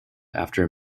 after